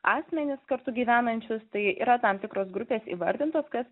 asmenis kartu gyvenančius tai yra tam tikros grupės įvardintos kas